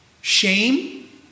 Shame